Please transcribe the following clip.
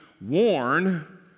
warn